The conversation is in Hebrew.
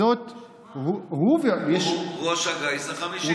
הוא ראש הגיס החמישי.